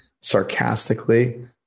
sarcastically